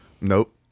Nope